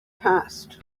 passed